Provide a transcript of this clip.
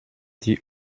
die